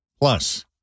Plus